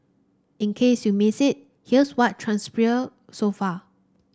in case you missed it here's what transpired so far